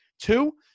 Two